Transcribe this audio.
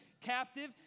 captive